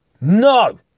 No